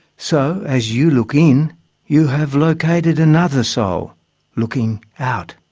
so as you look in you have located another soul looking out.